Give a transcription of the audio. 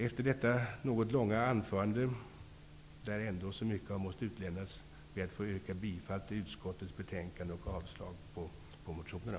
Efter detta något långa anförande, där ändå så mycket har måst utelämnas, vill jag yrka bifall till hemställan i utskottets betänkande och avslag på reservationerna.